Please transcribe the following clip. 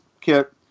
Kit